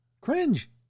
Cringe